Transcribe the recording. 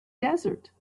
desert